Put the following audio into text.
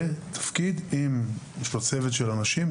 יש לו צוות של אנשים,